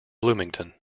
bloomington